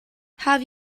have